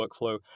workflow